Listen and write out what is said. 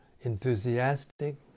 enthusiastic